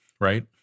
right